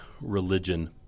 religion